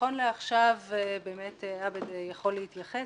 נכון לעכשיו באמת עבד יכול להתייחס.